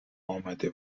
آمده